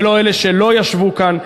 ולא אלה שלא ישבו כאן,